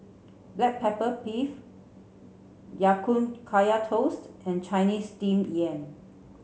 black pepper beef Ya Kun Kaya Toast and Chinese steam yam